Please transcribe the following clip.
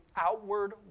outward